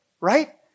right